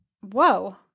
whoa